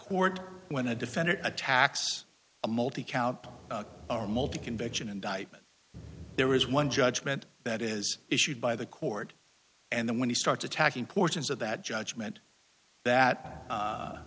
court when a defendant attacks a multi count or multi conviction indictment there is one judgment that is issued by the court and then when he starts attacking portions of that judgment that